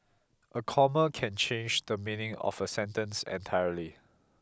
a comma can change the meaning of a sentence entirely